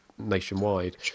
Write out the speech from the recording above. nationwide